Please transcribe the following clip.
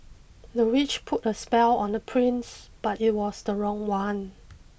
the witch put a spell on the prince but it was the wrong one